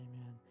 amen